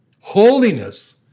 Holiness